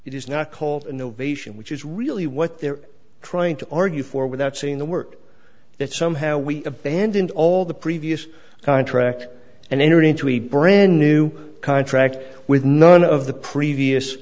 is not called innovation which is really what they're trying to argue for without seeing the work that somehow we abandoned all the previous contract and enter into a brand new contract with none of the previous